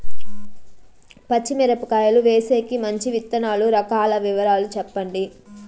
పచ్చి మిరపకాయలు వేసేకి మంచి విత్తనాలు రకాల వివరాలు చెప్పండి?